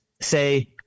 say